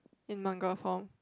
in manga form